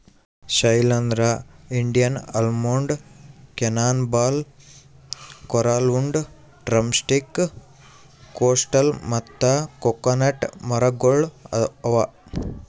Shailendra, Indian almond, cannon ball, coralwood, drumstick, coastal ಮತ್ತ coconut ಮರಗೊಳ್ ಅವಾ